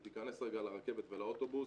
ותיכנס רגע לרכבת ולאוטובוס,